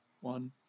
one